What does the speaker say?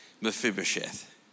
Mephibosheth